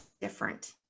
different